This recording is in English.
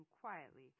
quietly